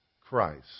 Christ